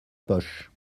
poche